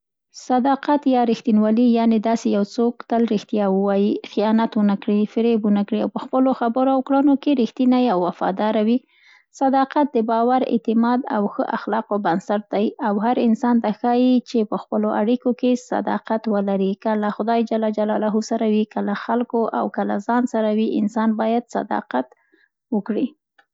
صداقت یا رښتینولي، یعنې داسي یو څوک تل رښتیا ووايي، خیانت ونه کړي، فریب ونه کړي او په خپلو خبرو او کړنو کې رښتینی او وفادار وي. صداقت د باور، اعتماد، او ښه اخلاقو بنسټ دی او هر انسان ته ښایي، چي په خپلو اړیکو کې صداقت ولري، که له خدای ج سره وي، که له خلکو او که له ځان سره وي، انسان باید صداقت وکړي.